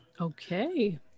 Okay